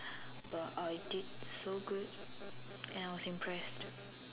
but I did so good and I was impressed